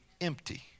empty